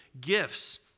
gifts